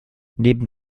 neben